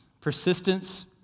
Persistence